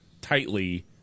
tightly